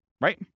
Right